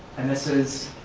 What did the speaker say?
and this is